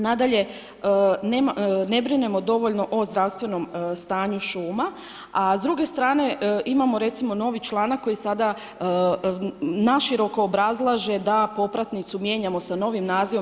Nadalje, ne brinemo dovoljno o zdravstvenom stanju šuma, a s druge strane imamo recimo novi članak koji sada naširoko obrazlaže da popratnicu mijenjamo sa novim nazivom.